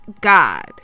God